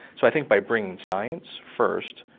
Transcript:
so i think by bringing science first,